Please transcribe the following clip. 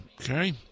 Okay